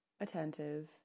attentive